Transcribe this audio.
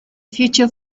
future